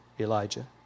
Elijah